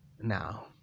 now